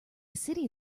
city